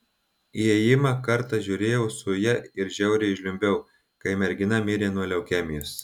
įėjimą kartą žiūrėjau su ja ir žiauriai žliumbiau kai mergina mirė nuo leukemijos